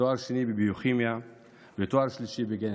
תואר שני בביוכימיה ותואר שלישי בגנטיקה,